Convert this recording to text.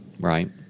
right